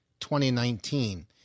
2019